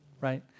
Right